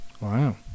wow